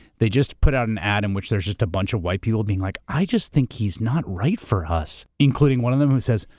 they just put out an ad in which there's just a bunch of white people being like, i just think he's not right for us, including one of them who says,